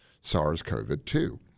SARS-CoV-2